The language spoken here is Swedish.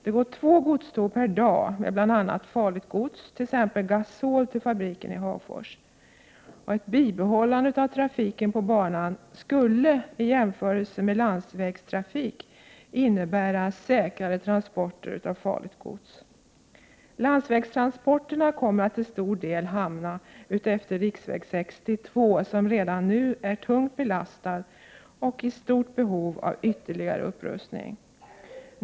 Det går två godståg per dag med bl.a. farligt gods, t.ex. gasol, till fabriken i Hagfors. Ett bibehållande av trafiken på banan skulle i jämförelse med landsvägstrafiken innebära säkrare transporter av farligt gods. Landsvägstransporterna kommer att till stor del hamna efter riksväg 62, som redan nu är tungt belastad och i stort behov av ytterligare upprustning.